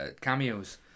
cameos